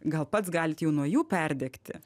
gal pats galit jau nuo jų perdegti